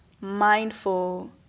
mindful